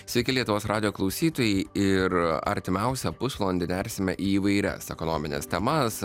sveiki lietuvos radijo klausytojai ir artimiausią pusvalandį nersime į įvairias ekonomines temas